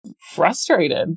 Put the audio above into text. frustrated